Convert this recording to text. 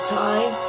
time